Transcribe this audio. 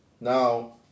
Now